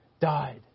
died